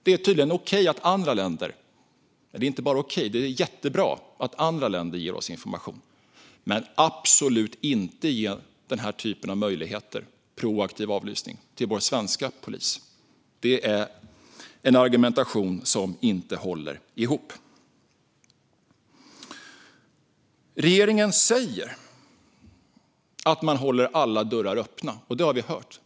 Det är tydligen inte bara okej utan rent av jättebra att andra länder ger oss information. Men man ska absolut inte ge den här typen av möjligheter till proaktiv avlyssning till vår svenska polis. Det är en argumentation som inte håller ihop. Regeringen säger att man håller alla dörrar öppna. Det har vi hört.